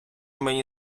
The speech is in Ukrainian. мені